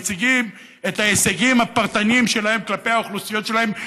הם מציגים את ההישגים הפרטניים שלהם כלפי האוכלוסיות שלהם,